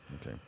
okay